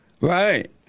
Right